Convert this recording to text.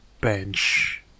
bench